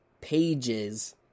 pages